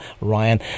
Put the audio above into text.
Ryan